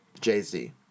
Jay-Z